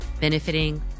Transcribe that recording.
benefiting